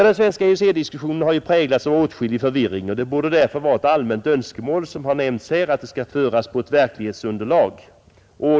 Den svenska EEC-diskussionen har präglats av åtskillig förvirring, och det borde därför vara ett allmänt önskemål — som har nämnts här — att den skall föras på ett verklighetsunderlag.